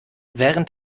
während